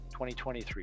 2023